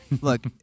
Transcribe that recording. look